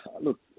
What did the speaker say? look